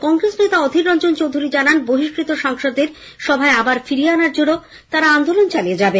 কংগ্রেস নেতা অধীর রঞ্জন চৌধুরী জানান বহিষ্কৃত সাসংদদের সভায় আবার ফিরিয়ে আনার জন্য তাঁরা আন্দোলন চালিয়ে যাবেন